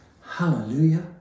Hallelujah